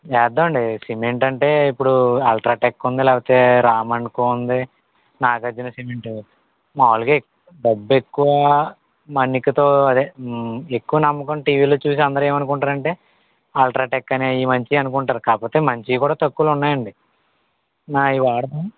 వేద్దామండి cement అంటే ఇప్పుడు UltraTech ఉంది లేకపోతే రామ్ అండ్ కో ఉంది నాగార్జున సిమెంట్ మామూలుగా డబ్బు ఎక్కువ మన్నికతో అదే ఎక్కువ నమ్మకంతో టీవీలో చూసి అందరూ ఏమనుకుంటారంటే అల్ట్రాటెక్ అనే మంచి అనుకుంటారు కానీ కాకపోతే మంచివి తక్కువ కూడా ఉన్నాయండి నా వాడతాం